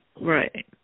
right